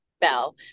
Bell